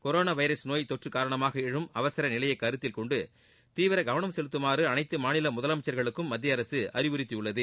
corona virus நோய் தொற்று காரணமாக எழும் அவசர நிலைய கருத்தில்கொண்டு தீவிர கவனம் செலுத்துமாறு அனைத்து மாநில முதலமைச்சர்களுக்கும் மத்திய அரசு அறிவுறுத்தியுள்ளது